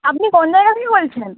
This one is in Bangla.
আপনি কোন জায়গা থেকে বলছেন